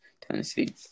Tennessee